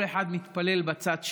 וכל אחד מתפלל בצד שלו.